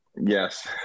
yes